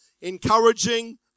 encouraging